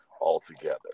altogether